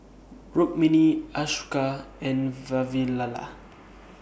Rukmini Ashoka and Vavilala